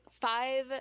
five